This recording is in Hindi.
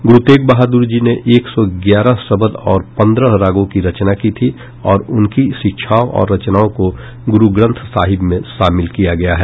गुरु तेग बहादुर जी ने एक सौ ग्यारह शबद और पंद्रह रागों की रचना की थी और उनकी शिक्षाओं और रचनाओं को गुरु ग्रंथ साहिब में शामिल किया गया है